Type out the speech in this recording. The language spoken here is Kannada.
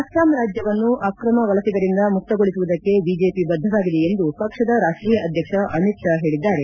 ಅಸ್ಸಾಂ ರಾಜ್ಯವನ್ನು ಅಕ್ರಮ ವಲಸಿಗರಿಂದ ಮುಕ್ತಗೊಳಿಸುವುದಕ್ಕೆ ಬಿಜೆಪಿ ಬದ್ದವಾಗಿದೆ ಎಂದು ಪಕ್ಷದ ರಾಷ್ಷೀಯ ಅಧ್ಯಕ್ಷ ಅಮಿತ್ ಶಾ ಹೇಳಿದ್ದಾರೆ